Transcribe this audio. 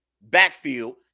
backfield